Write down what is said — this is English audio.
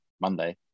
Monday